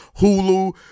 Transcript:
Hulu